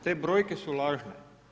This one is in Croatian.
Te brojke su lažne.